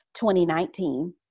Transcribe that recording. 2019